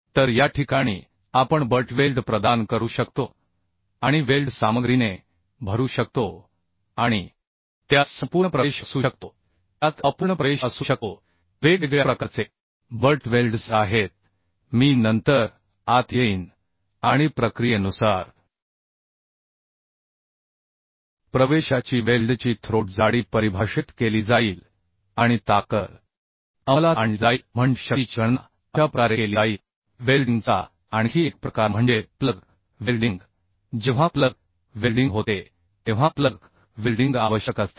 तर या ठिकाणी आपण बट वेल्ड प्रदान करू शकतो आणि वेल्ड सामग्रीने भरू शकतो आणि त्यात संपूर्ण प्रवेश असू शकतो त्यात अपूर्ण प्रवेश असू शकतो वेगवेगळ्या प्रकारचे बट वेल्ड्स आहेत मी नंतर आत येईन आणि प्रक्रियेनुसार प्रवेशाची वेल्डची थ्रोट जाडी परिभाषित केली जाईल आणि ताकद अंमलात आणले जाईल म्हणजे शक्तीची गणना अशा प्रकारे केली जाईल वेल्डिंगचा आणखी एक प्रकार म्हणजे प्लग वेल्डिंग जेव्हा प्लग वेल्डिंग होते तेव्हा प्लग वेल्डिंग आवश्यक असते